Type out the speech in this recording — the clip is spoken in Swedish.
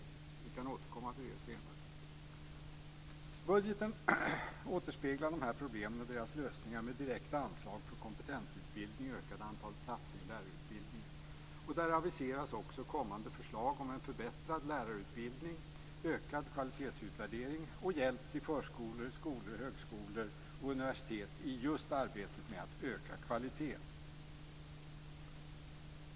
Vi kan återkomma till detta senare. Budgeten återspeglar dessa problem och deras lösningar med direkta anslag för kompetensutbildning och ett ökat antal platser i lärarutbildningen. Där aviseras också kommande förslag om en förbättrad lärarutbildning, ökad kvalitetsutvärdering och hjälp till förskolor, skolor, högskolor och universitet i just arbetet med att öka kvaliteten.